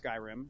Skyrim